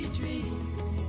dreams